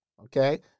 Okay